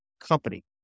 company